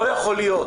לא יכול להיות